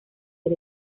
del